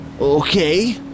Okay